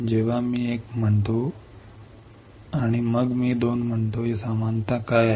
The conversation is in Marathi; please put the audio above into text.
जेव्हा मी एक म्हणतो आणि मग मी सांगतो 2 समानता काय आहे